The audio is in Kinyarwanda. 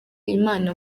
imana